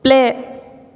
play